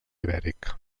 ibèric